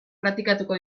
praktikatuko